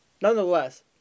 nonetheless